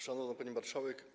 Szanowna Pani Marszałek!